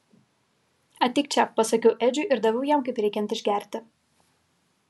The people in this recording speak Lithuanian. ateik čia pasakiau edžiui ir daviau jam kaip reikiant išgerti